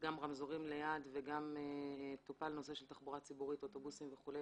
גם רמזורים ליד וגם טופל הנושא של תחבורה ציבורית אוטובוסים וכולי